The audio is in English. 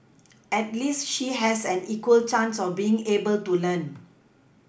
at least she has an equal chance of being able to learn